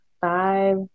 five